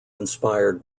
inspired